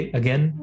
again